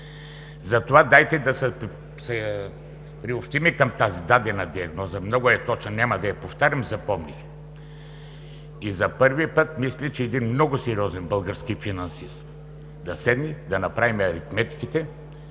Затова дайте да се приобщим към тази дадена диагноза – много е точна, няма да я повтарям. Запомних я. За първи път мисля… С един много сериозен български финансист – да седнем, да направим аритметиките,